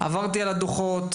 עברתי על הדוחות.